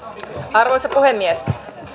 arvoisa puhemies